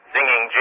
Singing